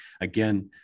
again